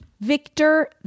Victor